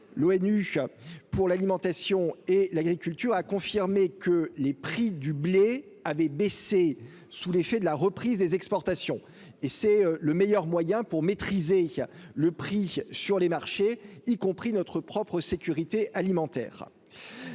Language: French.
l'ONU pour l'alimentation et l'agriculture a confirmé que les prix du blé avait baissé sous l'effet de la reprise des exportations et c'est le meilleur moyen pour maîtriser le prix sur les marchés, y compris notre propre sécurité alimentaire